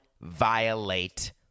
violate